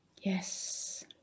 Yes